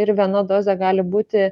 ir viena dozė gali būti